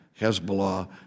Hezbollah